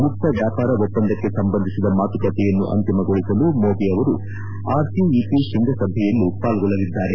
ಮುಕ್ತ ವ್ಯಾಪಾರ ಒಪ್ಪಂದಕ್ಕೆ ಸಂಬಂಧಿಸಿದ ಮಾತುಕತೆಯನ್ನು ಅಂತಿಮಗೊಳಿಸಲು ಮೋದಿ ಅವರು ಆರ್ಸಿಇಪಿ ಶೃಂಗಸಭೆಯಲ್ಲೂ ಪಾಲ್ಗೊಳ್ಳಲಿದ್ದಾರೆ